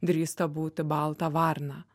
drįsta būti balta varna